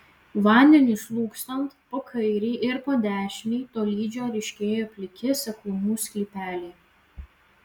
vandeniui slūgstant po kairei ir po dešinei tolydžio ryškėjo pliki seklumų sklypeliai